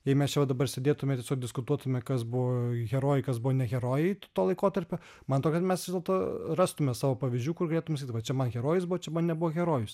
jei mes čia va dabar sėdėtume ir tiesiog diskutuotume kas buvo herojai kas buvo ne herojai to laikotarpio man atrodo kad mes vis dėlto rastume savo pavyzdžių kur galėtum sakyt va čia man herojus buvo čia man nebuvo herojus